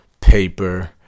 paper